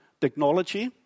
technology